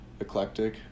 eclectic